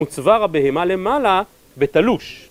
וצוואר הבהמה למעלה בתלוש